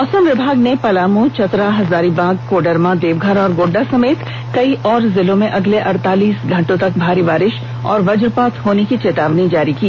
मौसम विभाग ने पलामू चतराहजारीबाग कोडरमा देवघर और गोड्डा समेत कई और जिलों में अगले अड़तालीस घंटे तक भारी बारिश और वज़पात होने की चेतावनी जारी की